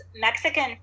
Mexican